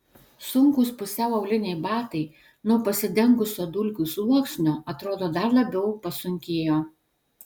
sunkūs pusiau auliniai batai nuo pasidengusio dulkių sluoksnio atrodo dar labiau pasunkėjo